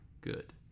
good